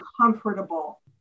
comfortable